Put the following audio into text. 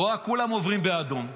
רואה שכולם עוברים באדום,